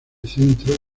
centro